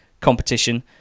Competition